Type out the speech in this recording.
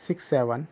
six seven